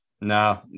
no